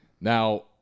Now